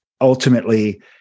ultimately